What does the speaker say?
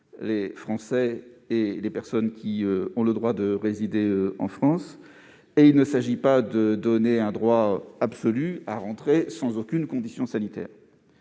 les Français et les personnes qui ont le droit de résider en France. Il ne s'agit pas non plus de donner un droit absolu à rentrer sans aucune condition sanitaire.